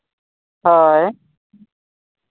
ᱦᱳᱭ